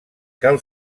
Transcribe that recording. cal